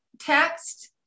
text